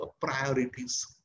priorities